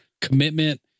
commitment